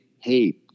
hey